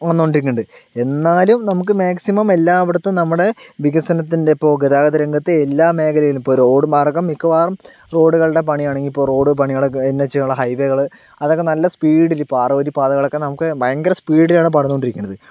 വന്നുകൊണ്ടിരിക്കണുണ്ട് എന്നാലും നമുക്ക് മാക്സിമം എല്ലായിടത്തും നമ്മുടെ വികസനത്തിൻ്റെ ഇപ്പോൾ ഗതാഗതരംഗത്ത് എല്ലാ മേഖലയിലും ഇപ്പോൾ റോഡ് മാർഗ്ഗം മിക്കവാറും റോഡുകളുടെ പണിയാണെങ്കിൽ ഇപ്പോൾ റോഡ് പണികളൊക്കെ എൻഎച്ചുകൾ ഹൈവേകള് അതൊക്കെ നല്ല സ്പീഡില് ഇപ്പോൾ ആറ് വരി പാതകളൊക്കെ നമുക്ക് ഭയങ്കര സ്പീഡിലാണ് പണിതുകൊണ്ടിരിക്കണത്